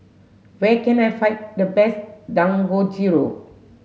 where can I find the best Dangojiru